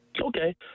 okay